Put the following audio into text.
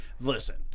Listen